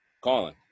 Colin